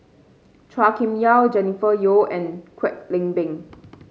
Chua Kim Yeow Jennifer Yeo and Kwek Leng Beng